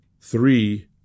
three